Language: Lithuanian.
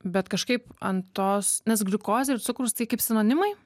bet kažkaip ant tos nes gliukozė ir cukrus tai kaip sinonimai